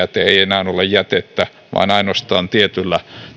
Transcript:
ole jätettä vaan ainoastaan tietyllä